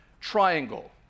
triangle